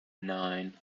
nine